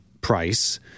price